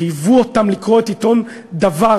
חייבו אותם לקרוא את עיתון "דבר".